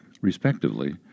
respectively